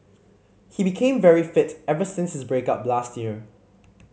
he became very fit ever since his break up last year